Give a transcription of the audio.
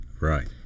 Right